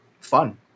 fun